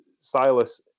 Silas